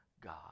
God